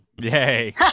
Yay